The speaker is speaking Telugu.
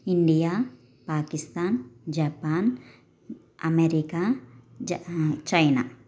ఇండియా పాకిస్తాన్ జపాన్ అమెరికా జ చైనా